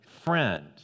friend